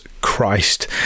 Christ